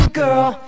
girl